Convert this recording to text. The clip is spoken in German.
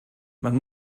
man